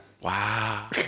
Wow